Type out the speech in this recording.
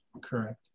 correct